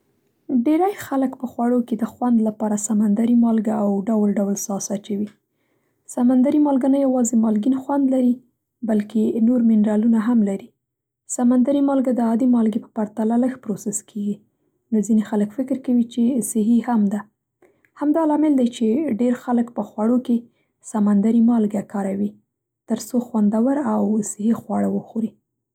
ډېری خلک په خوړو کې د خوند لپاره سمندري مالګه او ډول ډول ساس اچوي. سمندري مالګه نه یوازې مالګین خوند لري، بلکې نور منرالونه هم لري. سمندري مالګه د عادي مالګې په پرتله لږ پروسس کیږي، نو ځینې خلک فکر کوي چې صحي هم ده. همدا لامل دی چې ډېر خلک په خپلو خوړو کې سمندري مالګه کاروي، ترڅو خوندور او صحي خواړه وخوري.